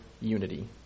unity